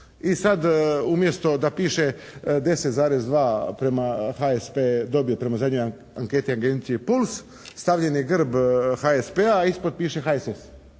i sad umjesto da piše 10,2 prema HSP je HSP dobio prema zadnjoj anketi Agencije Puls stavljen je grb HSP-a, a ispod piše HSS.